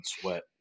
Sweat